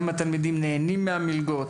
כמה תלמידים נהנים מהמלגות,